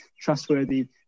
trustworthy